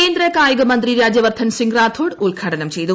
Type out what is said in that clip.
കേന്ദ്ര കായികമന്ത്രി രാജ്യവർദ്ധൻ സിങ്ങ് റാത്തോഡ് ഉദ്ഘാടനം ചെയ്തു